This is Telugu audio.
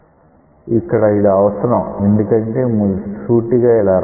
ఇక్కడ అది అవసరం ఎందుకంటే మీరు సూటిగా ఇలా వ్రాయవచ్చు